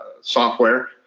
software